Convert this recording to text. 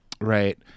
Right